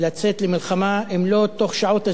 לצאת למלחמה אם לא בתוך שעות,